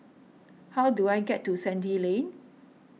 how do I get to Sandy Lane